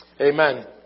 Amen